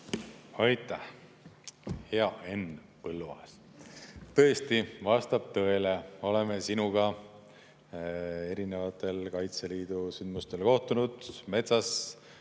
Aitäh! Hea Henn Põlluaas! Tõesti, vastab tõele, oleme sinuga erinevatel Kaitseliidu sündmustel kohtunud, metsas